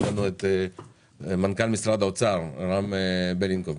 יש לנו את מנכ"ל משרד האוצר, רם בלניקוב.